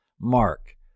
Mark